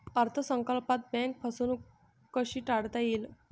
अर्थ संकल्पात बँक फसवणूक कशी टाळता येईल?